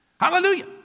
Hallelujah